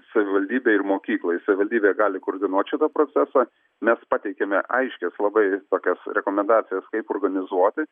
savivaldybei ir mokyklai savivaldybė gali koordinuot šitą procesą mes pateikėme aiškias labai tokias rekomendacijas kaip organizuoti